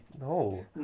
No